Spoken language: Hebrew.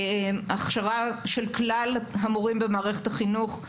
הכשרה של כלל המורים במערכת החינוך.